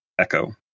Echo